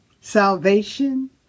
salvation